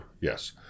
yes